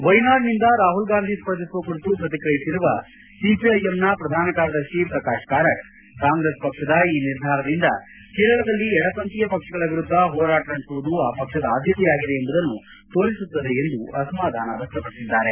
ವೈನಾಡ್ನಿಂದ ರಾಹುಲ್ ಗಾಂಧಿ ಸ್ಪರ್ಧಿಸುವ ಕುರಿತು ಪ್ರತಿಕ್ರಿಯಿಸಿರುವ ಸಿಪಿಐಎಂನ ಪ್ರಧಾನ ಕಾರ್ಯದರ್ಶಿ ಪ್ರಕಾಶ್ ಕಾರಟ್ ಕಾಂಗ್ರೆಸ್ ಪಕ್ಷದ ಈ ನಿರ್ಧಾರದಿಂದ ಕೇರಳದಲ್ಲಿ ಎಡಪಂಥೀಯ ಪಕ್ಷಗಳ ವಿರುದ್ದ ಹೋರಾಟ ನಡೆಸುವುದು ಆ ಪಕ್ಷದ ಆದ್ಯತೆಯಾಗಿದೆ ಎಂಬುದನ್ನು ತೋರಿಸುತ್ತದೆ ಎಂದು ಅಸಮಾಧಾನ ವ್ಯಕ್ತಪಡಿಸಿದ್ದಾರೆ